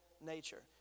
nature